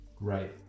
right